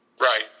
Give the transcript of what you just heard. Right